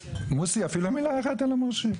מוסי אפילו מילה אחת אתה לא מרשה.